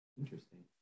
Interesting